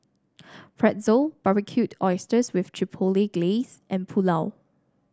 Pretzel Barbecued Oysters with Chipotle Glaze and Pulao